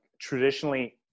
traditionally